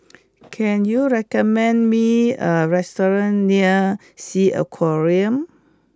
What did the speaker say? can you recommend me a restaurant near Sea Aquarium